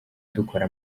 dukora